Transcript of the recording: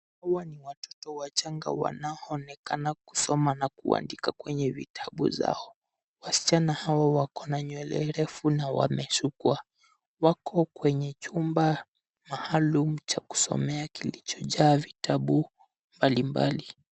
Hawa ni watoto wachanga wanaonekana kusoma na kuandika kwenye vitabu zao. Wasichana hawa wako na nywele refu na wameshukwa. Wako kwenye chumba maalum cha kusomea kilichojaa vitabu mbalimbali.